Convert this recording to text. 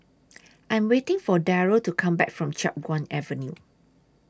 I Am waiting For Darold to Come Back from Chiap Guan Avenue